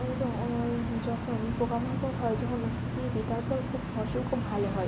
এবং যখন পোকা মাকড় হয় যখন ওষুধ দিয়ে দিই তারপর খুব ফসল খুব ভালো হয়